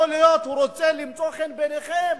יכול להיות שהוא רוצה למצוא חן בעיניכם,